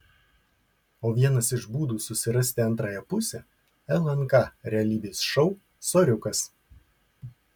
o vienas iš būdų susirasti antrąją pusę lnk realybės šou soriukas